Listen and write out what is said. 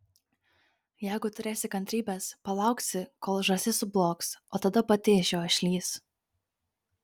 jeigu turėsi kantrybės palauksi kol žąsis sublogs o tada pati iš jo išlįs